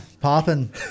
Popping